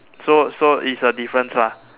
so so is a difference lah